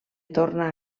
torna